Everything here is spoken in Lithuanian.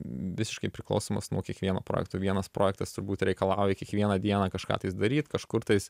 visiškai priklausomas nuo kiekvieno projekto vienas projektas turbūt reikalauja kiekvieną dieną kažką tais daryt kažkur tais